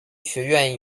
学院